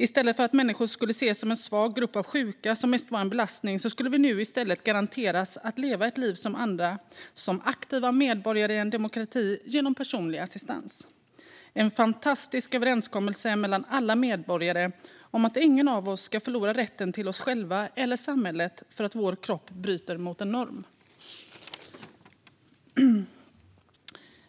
I stället för att människor skulle ses som en svag grupp av sjuka som mest var en belastning skulle de nu i stället garanteras att leva ett liv som andra, som aktiva medborgare i en demokrati, genom personlig assistans. Det var en fantastisk överenskommelse mellan alla medborgare om att ingen av oss ska förlora rätten till oss själva eller samhället för att vår kropp bryter mot en norm.